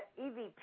EVP